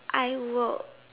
I would